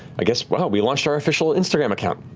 i guess wow, we launched our official instagram account.